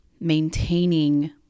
maintaining